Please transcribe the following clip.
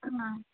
ಹಾಂ